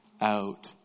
out